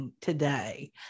today